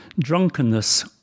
drunkenness